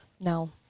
No